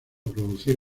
producir